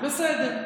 טוב, בסדר.